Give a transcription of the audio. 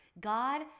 God